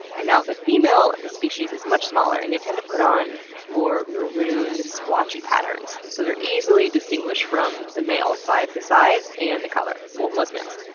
and now, the female of the species is much smaller and they tend to put on more maroon splotchy patterns. so, they're easily distinguished from males by the size and the color. well, most males.